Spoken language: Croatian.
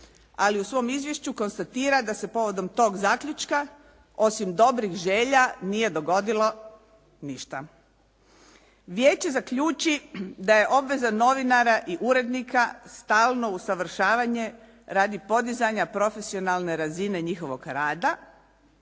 ali u svom izvješću konstatira da se povodom tog zaključka osim dobrih želja nije dogodilo ništa. Vijeće zaključi da je obveza novinara i urednika stalno usavršavanje radi podizanja profesionalne razine njihovog rada.